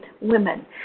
women